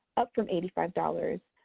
up from eighty five dollars,